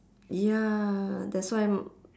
ya that's why m~